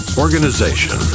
organization